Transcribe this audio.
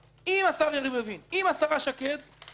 עם השר יריב לוין, עם השרה שקד ועוד